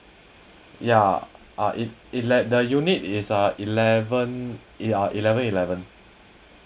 ya ah it it let the unit is uh eleven yeah eleven eleven